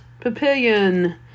Papillion